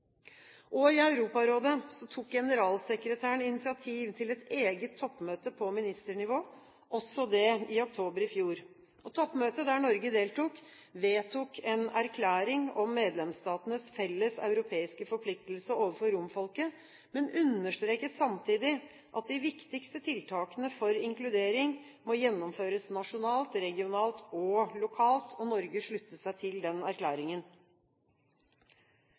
I Europarådet tok generalsekretæren initiativ til et eget toppmøte på ministernivå – også det i oktober i fjor. Toppmøtet, der Norge deltok, vedtok en erklæring om medlemsstatenes felles europeiske forpliktelse overfor romfolket, men understreket samtidig at de viktigste tiltakene for inkludering må gjennomføres nasjonalt, regionalt og lokalt. Norge sluttet seg til den erklæringen.